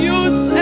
use